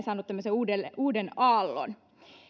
saanut tämmöisen uuden aallon